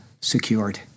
secured